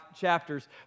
chapters